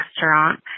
restaurant